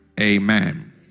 Amen